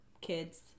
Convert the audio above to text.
kids